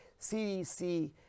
cdc